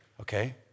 Okay